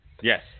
yes